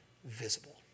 visible